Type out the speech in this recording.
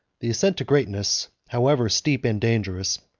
the ascent to greatness, however steep and dangerous,